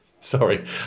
Sorry